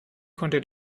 konnte